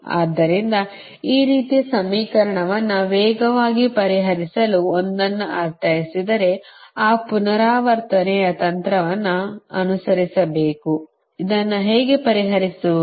ಆದ್ದರಿಂದ ಈ ರೀತಿಯ ಸಮೀಕರಣವನ್ನು ವೇಗವಾಗಿ ಪರಿಹರಿಸಲು ಒಂದನ್ನು ಅರ್ಥೈಸಿದರೆ ಆ ಪುನರಾವರ್ತನೆಯ ತಂತ್ರವನ್ನು ಅನುಸರಿಸಬೇಕು ಇದನ್ನು ಹೇಗೆ ಪರಿಹರಿಸುವುದು